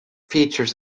features